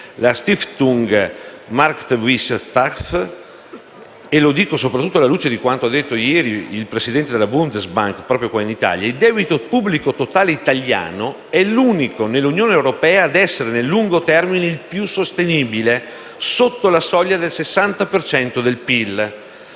la Stiftung Marktwirtschaft - e lo dico soprattutto alla luce di quanto detto ieri dal presidente della Bundesbank proprio qui in Italia - il debito pubblico totale italiano è l'unico nella Unione europea ad essere, nel lungo termine, il più sostenibile (sotto la soglia del 60 per